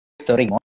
Sorry